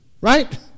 right